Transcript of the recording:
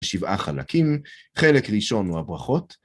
שבעה חלקים, חלק ראשון הוא הברכות.